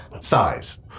Size